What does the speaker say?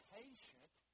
patient